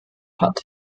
hat